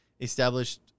Established